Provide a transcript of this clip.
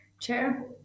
Chair